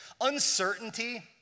Uncertainty